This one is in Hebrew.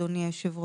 אדוני היושב ראש.